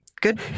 Good